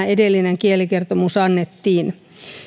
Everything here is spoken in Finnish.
edellinen kielikertomus annettiin